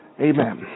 Amen